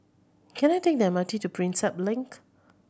can I take the M R T to Prinsep Link